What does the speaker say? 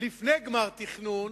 לפני גמר תכנון,